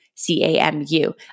C-A-M-U